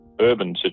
urban